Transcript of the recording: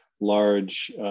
large